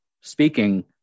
speaking